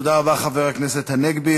תודה רבה, חבר הכנסת הנגבי.